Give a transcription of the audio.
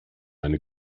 eine